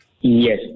Yes